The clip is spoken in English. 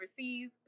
overseas